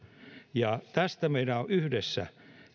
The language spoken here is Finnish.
ja tämän arvovallasta meidän on on yhdessä